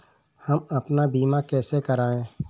हम अपना बीमा कैसे कराए?